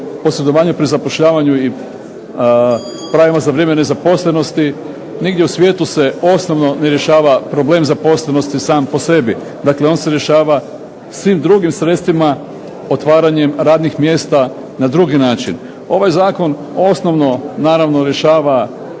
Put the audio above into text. posredovanju pri zapošljavanju i pravima za vrijeme nezaposlenosti nigdje u svijetu se osobno ne rješava problem zaposlenosti sam po sebi, on se rješava svim drugim sredstvima otvaranjem radnih mjesta na drugi način. Ovaj zakon osnovno rješava posredovanje,